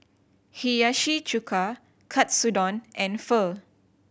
Hiyashi Chuka Katsudon and Pho